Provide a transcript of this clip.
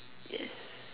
yes